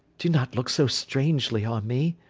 do not look so strangely on me.